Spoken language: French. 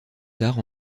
tard